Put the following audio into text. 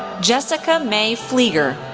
jessica mae pfliger,